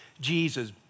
Jesus